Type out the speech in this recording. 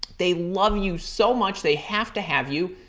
they love you so much they have to have you.